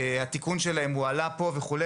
שהתיקון שלהם הועלה פה וכו',